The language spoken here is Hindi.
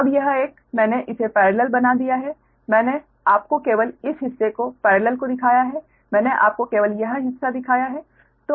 अब यह एक मैंने इसे पेरेलल बना दिया है मैंने आपको केवल इस हिस्से को पेरेलल को दिखाया है मैंने आपको केवल यह हिस्सा दिखाया है